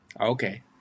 Okay